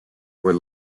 were